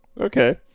Okay